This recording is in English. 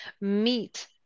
meet